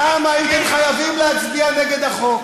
רבותי, אני אתחיל להוציא את חברי הכנסת מהאולם.